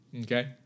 Okay